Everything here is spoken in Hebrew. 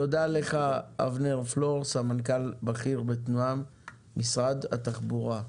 תודה לך, אבנר פלור, סמנכ"ל בכיר במשרד התחבורה.